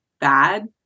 bad